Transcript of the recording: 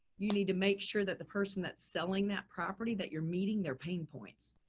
you need to make sure that the person that's selling that property, that you're meeting their pain points,